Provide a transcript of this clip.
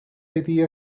idea